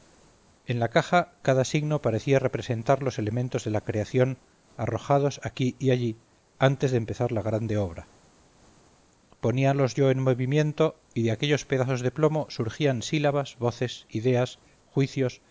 en la caja cada signo parecía representar los elementos de la creación arrojados aquí y allí antes de empezar la grande obra poníalos yo en movimiento y de aquellos pedazos de plomo surgían sílabas voces ideas juicios